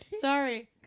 Sorry